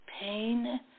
pain